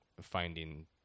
finding